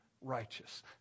righteous